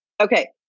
Okay